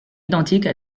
identiques